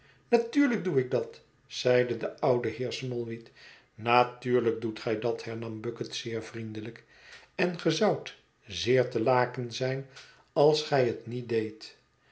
natuurlijk doe ik dat zeide de oude heer smallweed natuurlijk doet gij dat hernam bucket zeer vriendelijk en ge zoudt zeer te laken zijn als gij het niet deedt